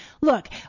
Look